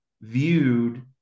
viewed